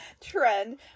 trend